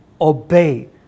obey